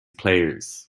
players